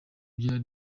byari